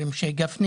בוקר טוב,